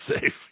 safe